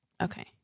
Okay